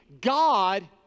God